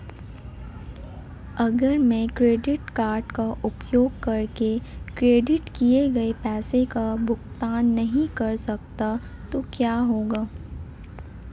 अगर मैं credit card का उपयोग करके क्रेडिट किए गए पैसे का भुगतान नहीं कर सकता तो क्या होगा?